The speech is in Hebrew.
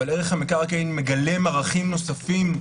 אבל ערך המקרקעין מגלם ערכים נוספים,